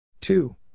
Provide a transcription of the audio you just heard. two